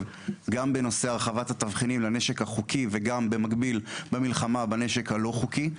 בנושא הרחבת התבחינים לנשק החוקי ובמקביל במלחמה בנשק הלא חוקי.